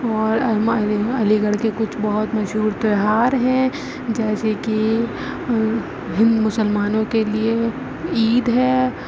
اور علی گڑھ کے کچھ بہت مشہور تیوہار ہیں جیسے کہ مسلمانوں کے لیے عید ہے